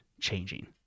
changing